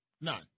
none